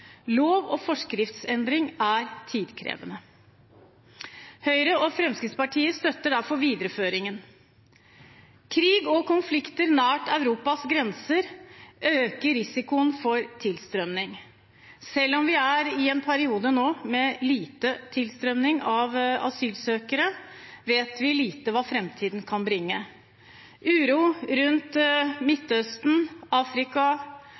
Lov- og forskriftsendring er tidkrevende. Høyre og Fremskrittspartiet støtter derfor videreføringen. Krig og konflikter nær Europas grenser øker risikoen for tilstrømning. Selv om vi nå er i en periode med liten tilstrømning av asylsøkere, vet vi lite om hva framtiden kan bringe. Uro rundt Midtøsten, Afrika